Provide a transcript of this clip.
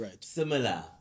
similar